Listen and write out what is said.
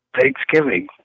Thanksgiving